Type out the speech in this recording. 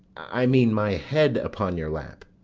i mean, my head upon your lap?